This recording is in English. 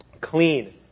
Clean